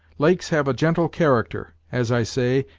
lakes have a gentle character, as i say,